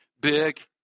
big